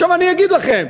אני אגיד לכם,